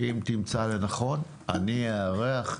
אם תמצא לנכון, אני אארח.